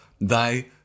Thy